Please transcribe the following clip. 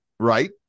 Right